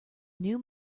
new